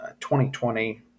2020